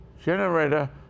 generator